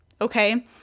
okay